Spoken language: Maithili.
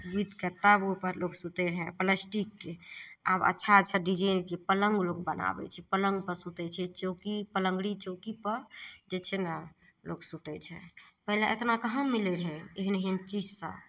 गुथिके तब ओइपर लोक सुतय रहय प्लास्टिकके आब अच्छा अच्छा डिजाइनके पलङ्ग लोक बनाबय छै पलङ्गपर सुतय छै चौकी पलङ्गड़ी चौकीपर जे छै ने लोक सुतय छै पहिले एतना कहाँ मिलय रहय एहन एहन चीज सब